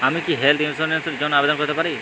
আমি কি health insurance র জন্য আবেদন করতে পারি?